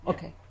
Okay